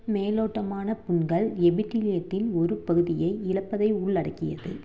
மேலோட்டமான புண்கள் எபித்திலியத்தின் ஒரு பகுதியை இழப்பதை உள்ளடக்கியது